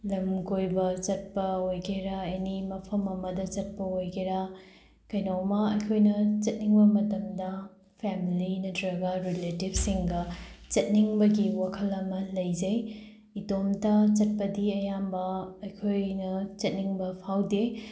ꯂꯝ ꯀꯣꯏꯕ ꯆꯠꯄ ꯑꯣꯏꯒꯦꯔ ꯑꯦꯅꯤ ꯃꯐꯝ ꯑꯃꯗ ꯆꯠꯄ ꯑꯣꯏꯒꯦꯔ ꯀꯩꯅꯣꯝꯃ ꯑꯩꯈꯣꯏꯅ ꯆꯠꯅꯤꯡꯕ ꯃꯇꯝꯗ ꯐꯦꯝꯂꯤ ꯅꯠꯇ꯭ꯔꯒ ꯔꯤꯂꯦꯇꯤꯚꯁꯤꯡꯒ ꯆꯠꯅꯤꯡꯕꯒꯤ ꯋꯥꯈꯜ ꯑꯃ ꯂꯩꯖꯩ ꯏꯇꯣꯞꯇ ꯆꯠꯄꯗꯤ ꯑꯌꯥꯝꯕ ꯑꯩꯈꯣꯏꯅ ꯆꯠꯅꯤꯡꯕ ꯐꯥꯎꯗꯦ